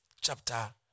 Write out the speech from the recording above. chapter